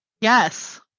Yes